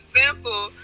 simple